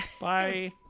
Bye